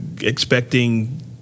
expecting